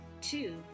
two